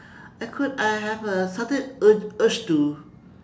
I could I have a sudden urge urge to